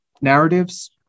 narratives